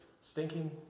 stinking